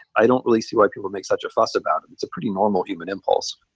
i don't really see why people make such a fuss about it. it's a pretty normal human impulse.